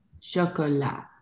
Chocolat